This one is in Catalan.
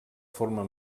forma